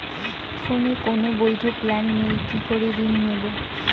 ফোনে কোন বৈধ প্ল্যান নেই কি করে ঋণ নেব?